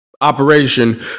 Operation